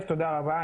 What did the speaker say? תודה רבה.